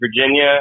Virginia